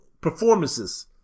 performances